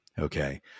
Okay